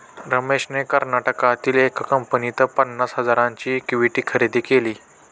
रमेशने कर्नाटकातील एका कंपनीत पन्नास हजारांची इक्विटी खरेदी केली